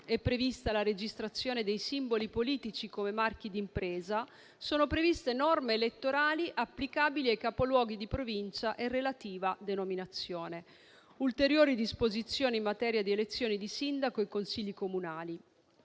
è prevista la registrazione dei simboli politici come marchi di impresa, sono previste norme elettorali applicabili ai capoluoghi di Provincia e relativa denominazione, ulteriori disposizioni in materia di elezioni di sindaco e consigli comunali.